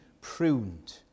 pruned